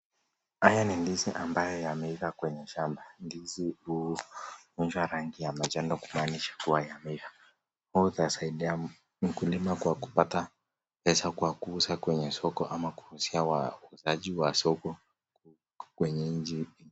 Haya ni ndizi ambayo yameiva kwenye shamba. Ndizi huonja rangi ya manjano kuonyesha kuwa yameiva. Itasaidia mkulima kwa kupata pesa kwa kuuza kwenye soko au ukuzaaji wa soko kwenye nchi.